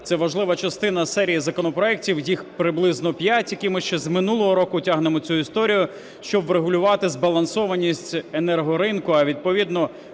це важлива частина серії законопроектів, їх приблизно п'ять, ми ще з минулого року тягнемо цю історію. Щоб врегулювати збалансованість енергоринку, а відповідно